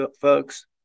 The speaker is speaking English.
folks